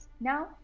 Now